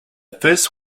first